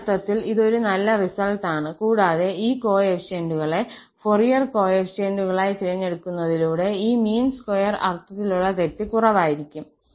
ഈ അർത്ഥത്തിൽ ഇത് ഒരു നല്ല റിസൾട്ട് ആണ് കൂടാതെ ഈ കോഎഫിഷ്യന്റുകളെ ഫൊറിയർ കോഎഫിഷ്യന്റുകളായി തിരഞ്ഞെടുക്കുന്നതിലൂടെ ഈ മീൻ സ്ക്വയർ അർത്ഥത്തിലുള്ള തെറ്റ് കുറവായിരിക്കും